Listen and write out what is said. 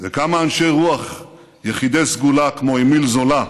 וכמה אנשי רוח יחידי סגולה כמו אמיל זולא,